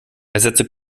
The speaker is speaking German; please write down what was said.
ersetze